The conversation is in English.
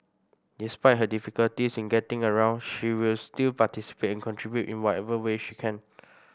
despite her difficulties in getting around she will still participate and contribute in whatever way she can